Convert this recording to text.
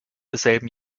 desselben